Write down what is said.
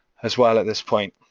as well at this point.